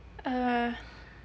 ah uh